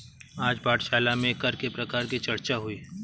आज पाठशाला में कर के प्रकार की चर्चा हुई